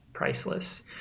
Priceless